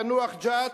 יאנוח-ג'ת,